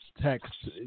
text